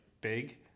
big